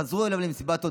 חזרו אליו למסיבת הודיה,